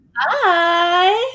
hi